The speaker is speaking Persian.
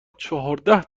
چهارده